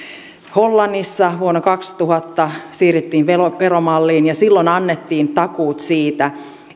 hollannissa vuonna kaksituhatta siirryttiin veromalliin ja silloin annettiin takuut siitä